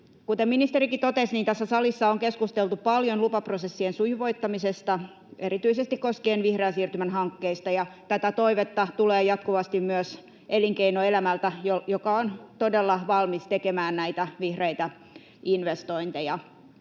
Kuten ministerikin totesi, niin tässä salissa on keskusteltu paljon lupaprosessien sujuvoittamisesta erityisesti koskien vihreän siirtymän hankkeita. Tätä toivetta tulee jatkuvasti myös elinkeinoelämältä, joka on todella valmis tekemään näitä vihreitä investointeja.